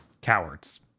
Cowards